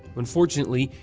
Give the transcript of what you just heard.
unfortunately,